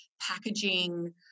packaging